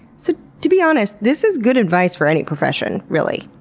so to be honest, this is good advice for any profession really.